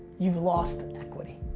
you've lost equity.